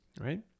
right